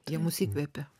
jie mus įkvepia